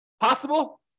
Possible